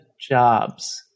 jobs